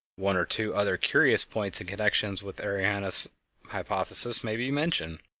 one or two other curious points in connection with arrhenius' hypothesis may be mentioned.